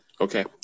Okay